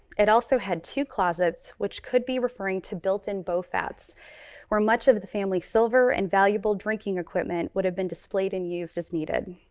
it also had two closets which could be referring to built in bofats where much of the family silver and valuable drinking equipment would have been displayed and used as needed.